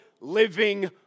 living